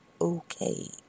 okay